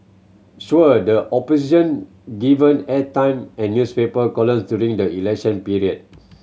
sure the Opposition given airtime and newspaper columns during the election period